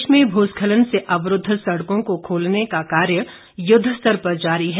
प्रदेश में भूस्खलन से अवरूद्ध सड़कों को खोलने का कार्य युद्धस्तर पर जारी है